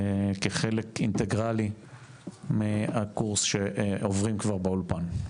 כחלק אינטגרלי מהקורס שעוברים כבר באולפן.